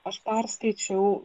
aš perskaičiau